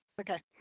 okay